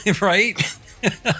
Right